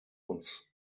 uns